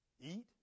eat